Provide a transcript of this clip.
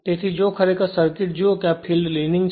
તેથી જો ખરેખર સર્કિટ જુઓ કે આ ફિલ્ડ લીનિંગ છે